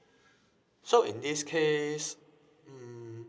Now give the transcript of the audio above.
so in this case mm